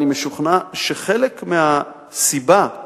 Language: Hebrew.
אני משוכנע שחלק מהסיבה לכך